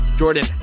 Jordan